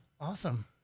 Awesome